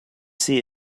see